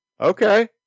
Okay